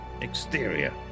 Exterior